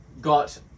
got